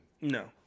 No